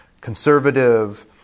conservative